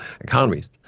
economies